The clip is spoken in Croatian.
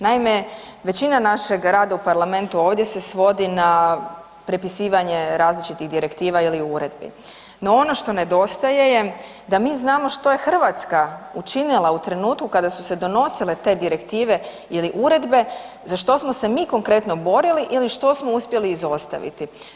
Naime, većina našeg rada u parlamentu ovdje se svodi na prepisivanje različitih direktiva ili uredbi no ono što nedostaje je da mi znamo što je Hrvatska učinila u trenutku kada su se donosile te direktive ili uredbe, za što smo se mi konkretno borili ili što smo uspjeli izostaviti.